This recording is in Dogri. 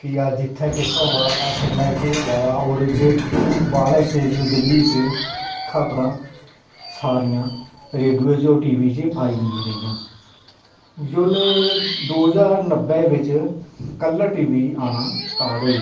की अज्ज इत्थें केह् होआ दा सिरीनगर केह् होआ दा ते दिल्ली चा खबरां सारियां ओह् रेडूए च ते टीवी च आंदियां रेहियां जेल्लै दौ ज्हार नब्बे बिच कलर टीवी आना स्टार्ट होई